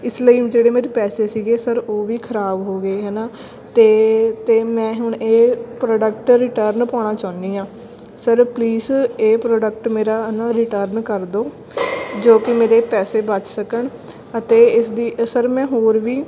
ਇਸ ਲਈ ਜਿਹੜੇ ਮੇਰੇ ਪੈਸੇ ਸੀਗੇ ਸਰ ਉਹ ਵੀ ਖਰਾਬ ਹੋ ਗਏ ਹੈ ਨਾ ਅਤੇ ਅਤੇ ਮੈਂ ਹੁਣ ਇਹ ਪ੍ਰੋਡਕਟ ਰਿਟਰਨ ਪਾਉਣਾ ਚਾਹੁੰਦੀ ਹਾਂ ਸਰ ਪਲੀਜ਼ ਇਹ ਪ੍ਰੋਡਕਟ ਮੇਰਾ ਨਾ ਰਿਟਰਨ ਕਰ ਦਿਉ ਜੋ ਕਿ ਮੇਰੇ ਪੈਸੇ ਬਚ ਸਕਣ ਅਤੇ ਇਸਦੀ ਸਰ ਮੈਂ ਹੋਰ ਵੀ